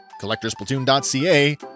collectorsplatoon.ca